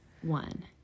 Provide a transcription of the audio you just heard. one